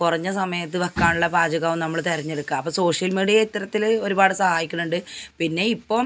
കുറഞ്ഞ സമയത്ത് വെക്കാനുള്ള പാചകവും നമ്മൾ തിരഞ്ഞെടുക്കുക അപ്പോൾ സോഷ്യൽ മീഡിയ ഇത്തരത്തിൽ ഒരുപാട് സഹായിക്കണുണ്ട് പിന്നെ ഇപ്പോൾ